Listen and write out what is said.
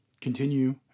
continue